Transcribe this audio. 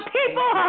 people